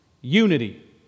Unity